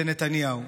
זה נתניהו.